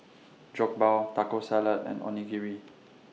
Jokbal Taco Salad and Onigiri